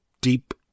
deep